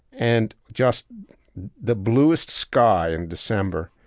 and just the bluest sky in december,